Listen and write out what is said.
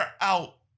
out